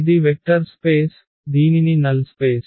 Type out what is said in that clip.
ఇది vector space దీనిని null space